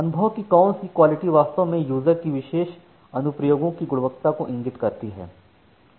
अनुभव की कौन सी क्वालिटी वास्तव में यूजर की विशेष अनुप्रयोगों की गुणवत्ता को इंगित करती है